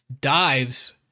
Dives